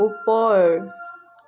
ওপৰ